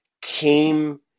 came